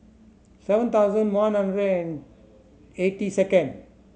seven thousand one hundred and eighty second